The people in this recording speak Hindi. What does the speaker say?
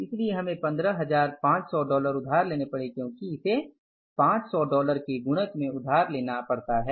इसलिए हमें 15500 डॉलर उधार लेने पड़े क्योंकि इसे 500 डॉलर के गुणक में उधार लेना पड़ता है